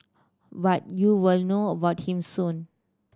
but you will know about him soon